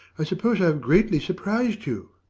i suppose i have greatly surprised you!